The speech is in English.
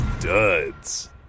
duds